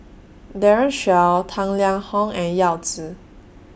Daren Shiau Tang Liang Hong and Yao Zi